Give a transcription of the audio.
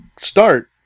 start